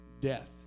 death